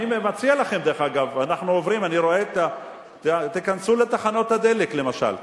אני מציע לכם, דרך אגב, שתיכנסו לתחנות הדלק למשל.